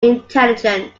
intelligent